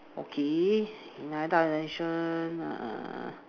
okay in another dimension err